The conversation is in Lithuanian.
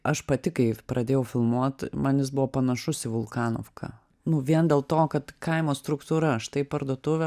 aš pati kai pradėjau filmuot man jis buvo panašus į vulkanovką nu vien dėl to kad kaimo struktūra štai parduotuvė